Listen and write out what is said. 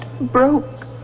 broke